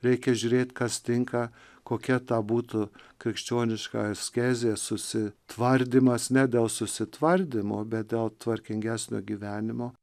reikia žiūrėt kas tinka kokia ta būtų krikščioniška askezė susitvardymas ne dėl susitvardymo bet dėl tvarkingesnio gyvenimo